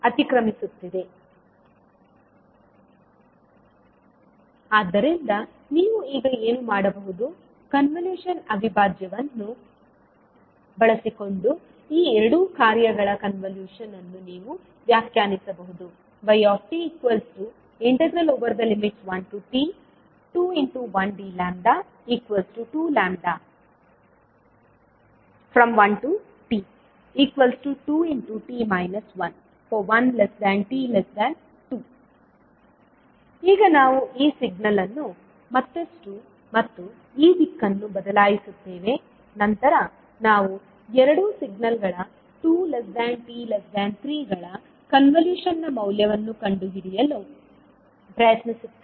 ಆದ್ದರಿಂದ ನೀವು ಈಗ ಏನು ಮಾಡಬಹುದು ಕನ್ವಲ್ಯೂಷನ್ ಅವಿಭಾಜ್ಯವನ್ನು ಬಳಸಿಕೊಂಡು ಈ ಎರಡು ಕಾರ್ಯಗಳ ಕನ್ವಲ್ಯೂಷನ್ ಅನ್ನು ನೀವು ವ್ಯಾಖ್ಯಾನಿಸಬಹುದು yt1t21dλ2λ|t12t 11t2 ಈಗ ನಾವು ಈ ಸಿಗ್ನಲ್ ಅನ್ನು ಮತ್ತಷ್ಟು ಮತ್ತು ಈ ದಿಕ್ಕನ್ನು ಬದಲಾಯಿಸುತ್ತೇವೆ ನಂತರ ನಾವು ಎರಡು ಸಿಗ್ನಲ್ಗಳ 2t3 ಗಳ ಕಾನ್ವಲ್ಯೂಷನ್ನ ಮೌಲ್ಯವನ್ನು ಕಂಡುಹಿಡಿಯಲು ಪ್ರಯತ್ನಿಸುತ್ತೇವೆ